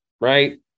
right